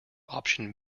option